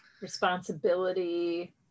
responsibility